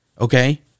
Okay